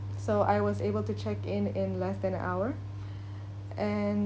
so I was able to check in in less than an hour and